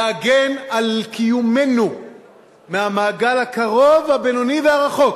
להגן על קיומנו מהמעגל הקרוב, הבינוני והרחוק,